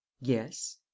Yes